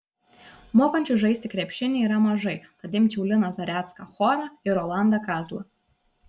mokančių žaisti krepšinį yra mažai tad imčiau liną zarecką chorą ir rolandą kazlą